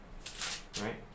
Right